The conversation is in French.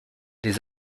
les